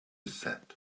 set